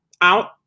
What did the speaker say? out